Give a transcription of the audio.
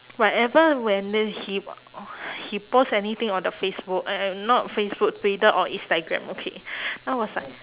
whatever when he he post anything on the facebook a~ and not facebook twitter or instagram okay then I was like